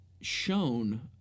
shown